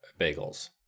bagels